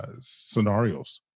scenarios